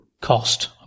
cost